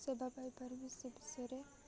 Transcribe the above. ସେବା ପାଇ ପାରିବେ ସେ ବିଷୟରେ